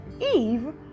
Eve